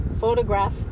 photograph